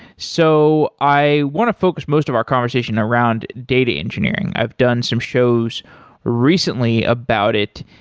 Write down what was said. so i want to focus most of our conversation around data engineering. i've done some shows recently about it.